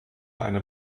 eine